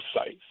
sites